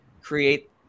create